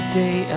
day